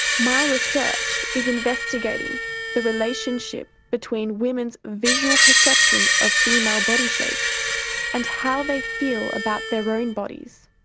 my research is investigating the relationship between women's visual perception of female body shapes and how they feel about their own bodies.